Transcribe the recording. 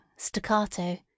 staccato